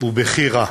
הוא בכי רע.